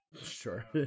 Sure